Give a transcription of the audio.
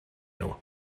nhw